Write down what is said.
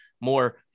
more